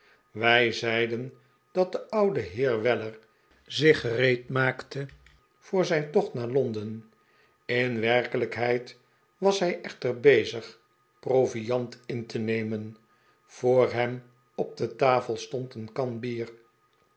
wij zeiden dat de oude heer weller zich gereed maakte voor zijn tocht naar londen in werkelijkheid was hij echter bezig proviand in te nemen voor hem op de tafel stond een kan bier